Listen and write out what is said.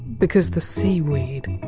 because the sea weed.